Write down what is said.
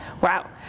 Wow